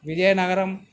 Vizianagaram